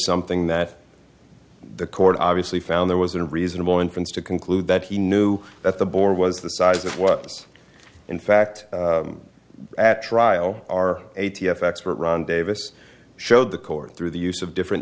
something that the court obviously found there was a reasonable inference to conclude that he knew that the bore was the size it was in fact at trial are a t f expert ron davis showed the court through the use of different